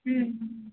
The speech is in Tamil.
ம் ம்